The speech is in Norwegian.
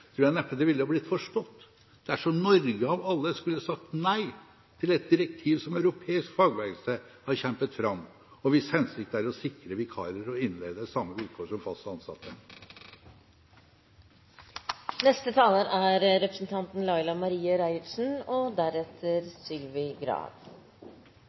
tror jeg neppe det ville blitt forstått dersom Norge av alle skulle sagt nei til et direktiv som europeisk fagbevegelse har kjempet fram, og hvis hensikt er å sikre vikarer og innleide samme vilkår som fast ansatte. Samfunnet vårt er faktisk blitt avhengig av bemanningsbransjen, men då ein bransje som er seriøs og